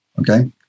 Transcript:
Okay